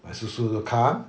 my 叔叔 also come